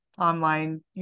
online